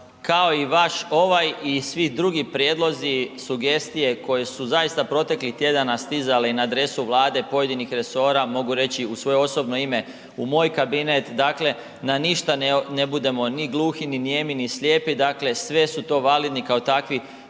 Kao i vaš ovaj i svi drugi prijedlozi, sugestije koje su zaista proteklih tjedana stizali na adresu Vlade pojedinih resora mogu reći u svoje osobno ime, u moj kabinet, dakle na ništa ne budemo ni gluhi, ni nijemi, ni slijepi, dakle sve su to validni kao takvi